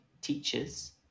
teachers